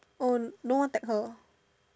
oh no one tag her